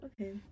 okay